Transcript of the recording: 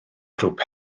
grŵp